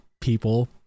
people